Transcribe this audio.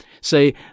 say